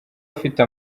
afite